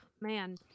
Man